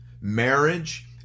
marriage